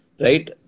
right